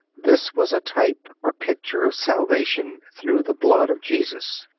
this was a type or picture of salvation through the blood of jesus.